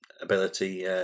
ability